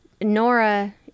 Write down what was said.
Nora